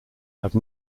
have